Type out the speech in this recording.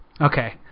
Okay